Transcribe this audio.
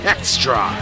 Extra